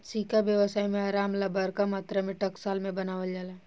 सिक्का व्यवसाय में आराम ला बरका मात्रा में टकसाल में बनावल जाला